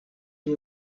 you